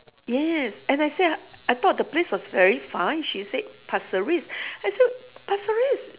yes and I say I thought the place was very far and she said pasir ris I said pasir ris